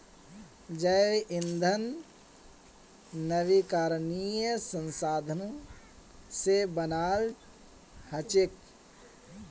जैव ईंधन नवीकरणीय संसाधनों से बनाल हचेक